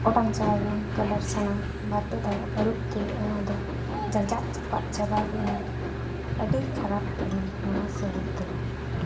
ᱚᱴᱟᱝ ᱪᱟᱵᱟᱭᱮᱱᱟ ᱠᱟᱞᱟᱨ ᱥᱟᱱᱟᱢ ᱵᱟᱨᱯᱮ ᱫᱷᱟᱣ ᱟᱹᱨᱩᱯ ᱛᱮᱜᱮ ᱚᱱᱟ ᱫᱚ ᱡᱟᱡᱟᱜ ᱡᱟᱯᱟᱫ ᱪᱟᱵᱟᱭᱮᱱᱟ ᱟᱹᱰᱤ ᱠᱷᱟᱨᱟᱯ ᱮᱱᱟ ᱱᱚᱣᱟ ᱥᱟᱹᱲᱤ ᱫᱚ